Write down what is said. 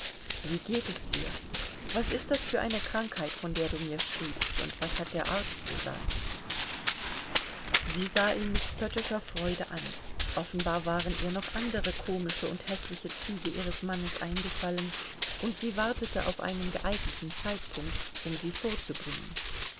wie geht es dir was ist das für eine krankheit von der du mir schriebst und was hat der arzt gesagt sie sah ihn mit spöttischer freude an offenbar waren ihr noch andere komische und häßliche züge ihres mannes eingefallen und sie wartete auf einen geeigneten zeitpunkt um sie vorzubringen